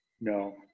No